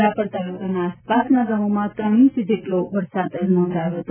રાપર તાલુકાના આસપાસના ગામોમાં ત્રણ ઇંચ જેટલો વરસાદ નોંધાયો છે